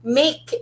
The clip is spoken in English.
make